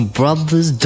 brothers